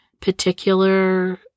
particular